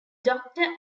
doctor